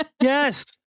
Yes